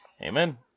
Amen